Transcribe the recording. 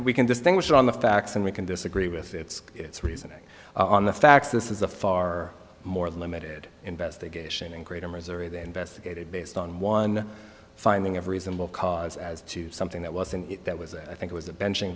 we can distinguish on the facts and we can disagree with its its reasoning on the facts this is a far more limited investigation and greater misery they investigated based on one finding of reasonable cause as to something that was and that was it i think was a benchin